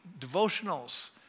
devotionals